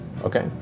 Okay